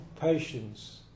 patience